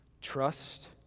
Trust